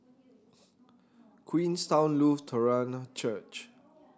Queenstown Lutheran Church